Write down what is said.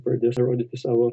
pradės rodyti savo